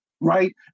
right